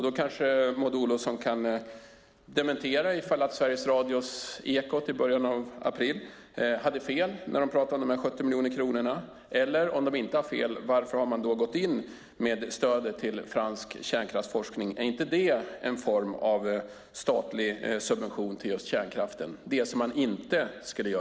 Då kanske Maud Olofsson kan dementera Sveriges Radios Ekot , som i början av april berättade om dessa 70 miljoner kronor, eller, om Ekot inte hade fel, förklara varför man gått in med stödet till fransk kärnkraftsforskning. Är inte det en form av statlig subvention till just kärnkraften, det som man inte skulle ge?